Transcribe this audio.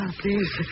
please